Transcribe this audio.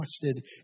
trusted